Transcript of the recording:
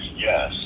yeah,